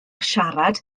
siarad